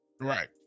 Right